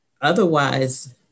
Otherwise